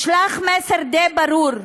ישלח מסר די ברור,